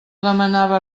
demanava